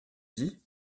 dit